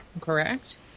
Correct